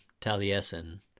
Taliesin